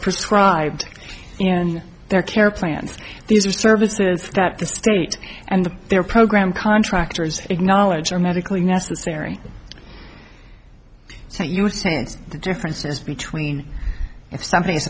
prescribed in their care plans these are services that the state and their program contractors acknowledge are medically necessary so you sense the differences between if something